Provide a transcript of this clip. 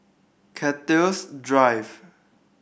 Cactus Drive